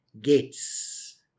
gates